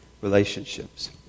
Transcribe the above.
relationships